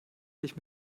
sich